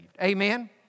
Amen